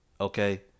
Okay